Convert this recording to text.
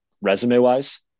resume-wise